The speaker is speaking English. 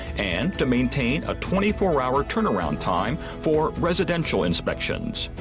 and to maintain a twenty four hour turnaround time for residential inspections.